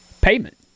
payment